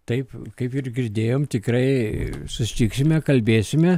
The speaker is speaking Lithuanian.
taip kaip ir girdėjom tikrai susitiksime kalbėsime